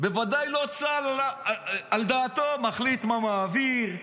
בוודאי לא צה"ל מחליט על דעתו מה הוא מעביר,